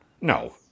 No